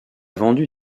vendu